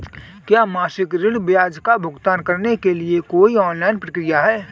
क्या मासिक ऋण ब्याज का भुगतान करने के लिए कोई ऑनलाइन प्रक्रिया है?